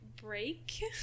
break